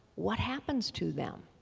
what happens to them?